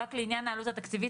לעניין העלות התקציבית,